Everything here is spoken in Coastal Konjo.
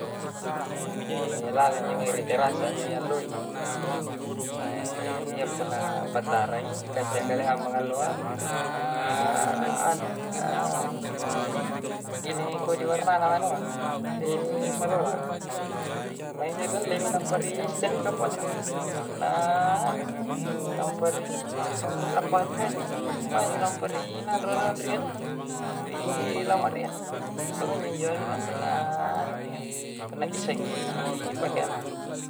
laleng'i miri tera ri' lalui, nae yepunna pantara'ngi kanca kalle ha mangalloa anu nggili ko di warna'na anu'a salola. Mai injo galle minna paris sirika polle punna nganu namparyii la' pahaji-haji rumbajo rumparaina rorondria a'nua rii i' lamaria. Pongun njo punna anu punna bissa ki pakeang